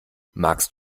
magst